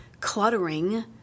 cluttering